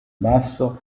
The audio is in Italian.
basso